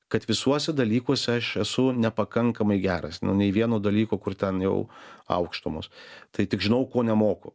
kad visuose dalykuose aš esu nepakankamai geras nei vieno dalyko kur ten jau aukštumos tai tik žinau ko nemoku